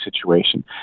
situation